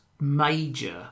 major